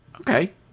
Okay